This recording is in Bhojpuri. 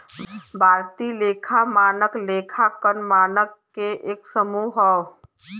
भारतीय लेखा मानक लेखांकन मानक क एक समूह हौ